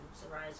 Surprise